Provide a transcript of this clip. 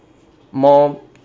more